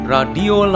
Radio